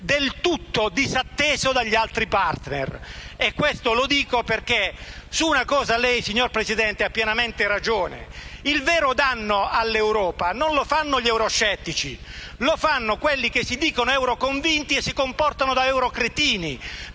del tutto disatteso dagli altri *partner*. E dico questo perché su una cosa lei, signor Presidente del Consiglio, ha pienamente ragione: il vero danno all'Europa non lo fanno gli euroscettici, ma lo fanno quelli che si dicono euroconvinti e si comportano da eurocretini.